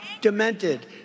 demented